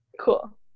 Cool